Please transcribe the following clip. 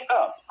up